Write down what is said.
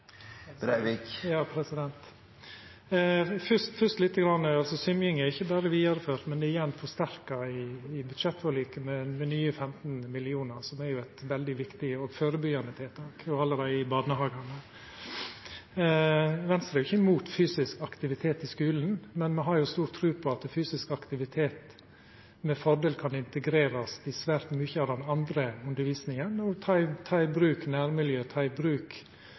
Fyrst: Symjing er ikkje berre vidareført, men forsterka i budsjettforliket, med nye 15 mill. kr, så det er eit veldig viktig og førebyggjande tiltak, og allereie i barnehagane. Venstre er ikkje imot fysisk aktivitet i skulen, men me har stor tru på at fysisk aktivitet med fordel kan integrerast i svært mykje av den andre undervisninga, at ein kan ta i bruk nærmiljø og ulike former for aktivitetar òg i